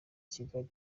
kigali